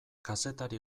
kazetari